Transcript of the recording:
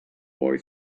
boy